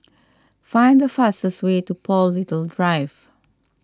find the fastest way to Paul Little Drive